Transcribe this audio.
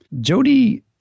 Jody